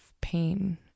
pain